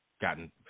gotten